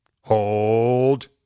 hold